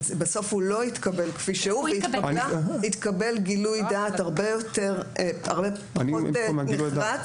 בסוף הוא לא התקבל כפי שהוא והתקבל גילוי דעת פחות נחרץ,